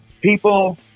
people